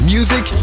Music